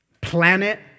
Planet